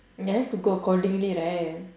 ya have to go accordingly right